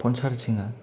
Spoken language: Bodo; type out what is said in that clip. फन सारजिंआ